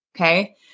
okay